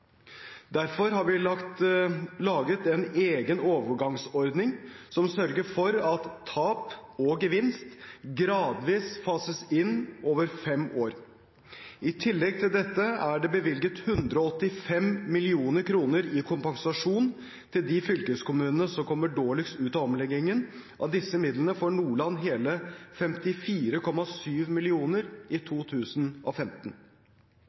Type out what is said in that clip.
Derfor har vi laget en egen overgangsordning, som sørger for at tap – og gevinst – gradvis fases inn over fem år. I tillegg til dette er det bevilget 185 mill. kr i kompensasjon til de fylkeskommunene som kommer dårligst ut av omleggingen. Av disse midlene får Nordland hele 54,7 mill. kr i 2015.